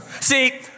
See